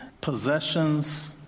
possessions